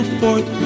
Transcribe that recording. forth